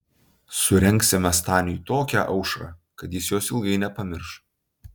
surengsime staniui tokią aušrą kad jis jos ilgai nepamirš